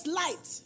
light